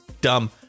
Dumb